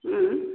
उम